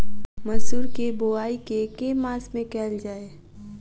मसूर केँ बोवाई केँ के मास मे कैल जाए?